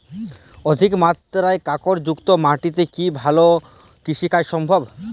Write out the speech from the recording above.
অধিকমাত্রায় কাঁকরযুক্ত মাটিতে কি ভালো কৃষিকাজ সম্ভব?